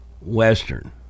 Western